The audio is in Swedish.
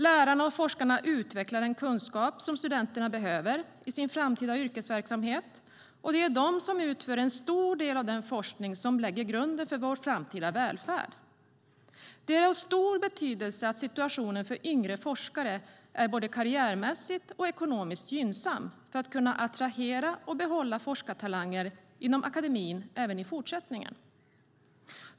Lärarna och forskarna utvecklar den kunskap som studenterna behöver i sin framtida yrkesverksamhet, och det är de som utför en stor del av den forskning som lägger grunden för vår framtida välfärd. Det är av stor betydelse att situationen för yngre forskare är både karriärmässigt och ekonomiskt gynnsam för att man ska kunna attrahera och behålla forskartalanger inom akademin även i fortsättningen.